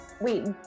Wait